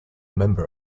member